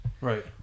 Right